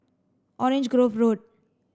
Orange Grove Road